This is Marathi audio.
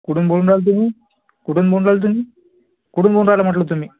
कुठून बोलून राहिले तुम्ही कुठून बोलून राहिले तुम्ही कुठून बोलून राहिले म्हटलं तुम्ही